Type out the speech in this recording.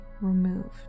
removed